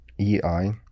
EI